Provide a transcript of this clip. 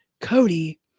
Cody